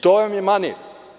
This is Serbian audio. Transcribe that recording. To vam je manir.